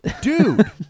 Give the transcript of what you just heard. Dude